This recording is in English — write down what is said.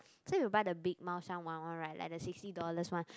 so you buy the big 猫山王:Mao Shan Wang one right like the sixty dollars one